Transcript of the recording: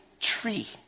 tree